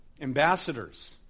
Ambassadors